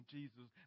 Jesus